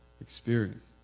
experience